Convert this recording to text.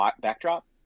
backdrop